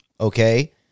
okay